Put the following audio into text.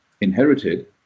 inherited